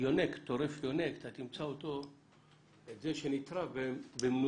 כשיונק טורף יונק, אתה תמצא את זה שנטרף במנוסה.